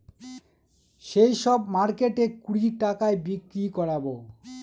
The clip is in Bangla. সেই সব মার্কেটে কুড়ি টাকায় বিক্রি করাবো